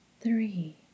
Three